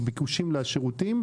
בביקושים לשירותים,